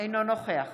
אינו נוכח